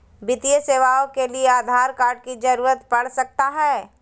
वित्तीय सेवाओं के लिए आधार कार्ड की जरूरत पड़ सकता है?